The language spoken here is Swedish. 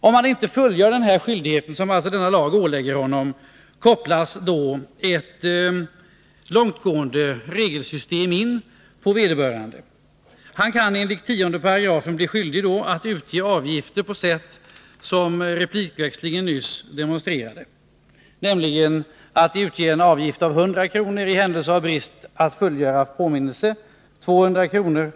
Om han inte fullgör denna skyldighet kopplas ett långtgående regelsystem in. Han kan enligt 10 § bli skyldig att utge avgifter på sätt som replikväxlingen nyss demonstrerade. Han påförs en avgift med 100 kr. Om han har underlåtit att fullgöra påminnelse påförs han en avgift med 200 kr.